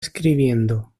escribiendo